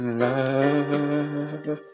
love